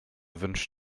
wünsch